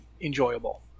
enjoyable